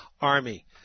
army